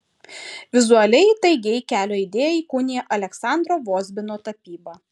vizualiai įtaigiai kelio idėją įkūnija aleksandro vozbino tapyba